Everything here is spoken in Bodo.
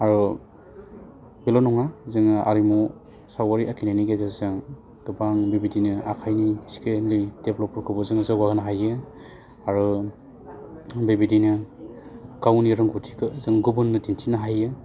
आरो बेल' नङा जोङो आरो सावगारि आखिनायनि गेजेरजों गोबां बेबायदिनो आखाइनि स्किलनि देबलबफोरखौबो जों जौगा होनो हायो आरो बेबायदिनो गावनि रोंगौथिखौ जों गुबुननो दिन्थिनो हायो